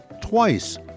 twice